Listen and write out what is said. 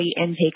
intake